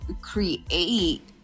create